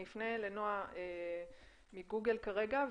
אני אפנה לנועה מגוגל כרגע,